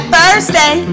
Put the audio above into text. Thursday